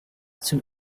soon